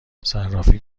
صرافی